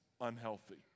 unhealthy